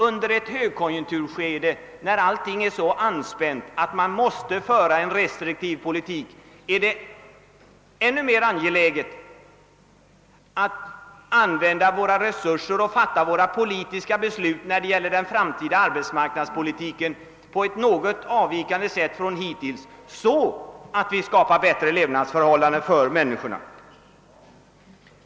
Under ett högkonjunkturskede då allting är så ansträngt att man måste föra en restriktiv politik är det särskilt angeläget att vi använder våra resurser och fattar våra politiska beslut rörande den framtida arbetsmarknadspolitiken på ett något annat sätt än hittills, så att vi skapar bättre levnadsförhållanden för människorna.